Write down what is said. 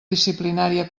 disciplinària